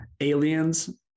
aliens